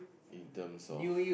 in terms of